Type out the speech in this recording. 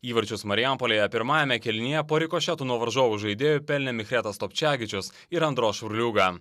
įvarčius marijampolėje pirmajame kėlinyje po rikošeto nuo varžovų žaidėjų pelnė mihretas topčagičius ir andro šurliuga